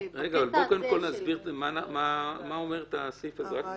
קודם כל נסביר מה אומר הסעיף הזה, רק דקה.